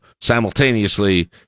simultaneously